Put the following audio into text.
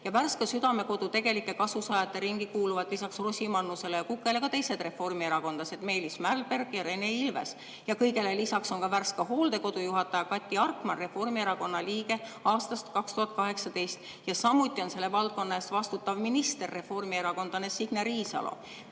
Värska Südamekodu tegelike kasusaajate ringi kuuluvad lisaks Rosimannusele ja Kukele ka teised reformierakondlased: Meelis Mälberg ja Rene Ilves. Kõigele lisaks on ka Värska hooldekodu juhataja Kati Arkman Reformierakonna liige aastast 2018. Samuti on selle valdkonna eest vastutav minister reformierakondlane Signe Riisalo.